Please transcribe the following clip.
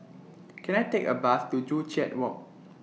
Can I Take A Bus to Joo Chiat Walk